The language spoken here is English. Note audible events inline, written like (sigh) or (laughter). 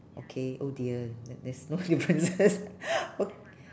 okay oh dear ther~ there's no differences (laughs) o~